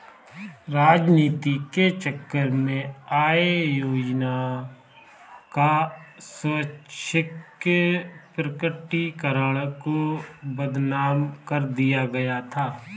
राजनीति के चक्कर में आय योजना का स्वैच्छिक प्रकटीकरण को बदनाम कर दिया गया था